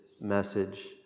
message